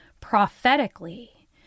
prophetically